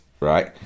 right